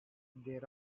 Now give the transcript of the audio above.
there